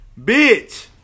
bitch